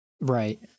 Right